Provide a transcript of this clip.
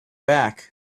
back